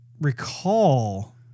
recall